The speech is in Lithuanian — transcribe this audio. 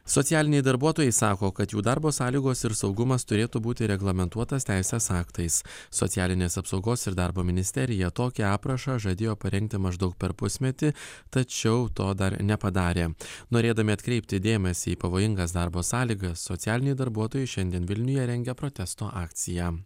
socialiniai darbuotojai sako kad jų darbo sąlygos ir saugumas turėtų būti reglamentuotas teisės aktais socialinės apsaugos ir darbo ministerija tokį aprašą žadėjo parengti maždaug per pusmetį tačiau to dar nepadarė norėdami atkreipti dėmesį į pavojingas darbo sąlygas socialiniai darbuotojai šiandien vilniuje rengia protesto akciją